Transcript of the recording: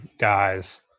guys